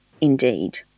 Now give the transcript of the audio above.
indeed